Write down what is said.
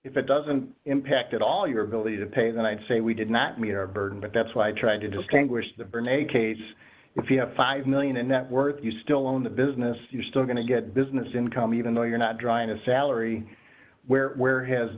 if it doesn't impact at all your ability to pay then i'd say we did not meet our burden but that's why i tried to distinguish the burn a case if you have five million and that worth you still own the business you're still going to get business income even though you're not drawing a salary where where has